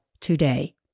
today